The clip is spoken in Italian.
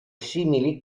simili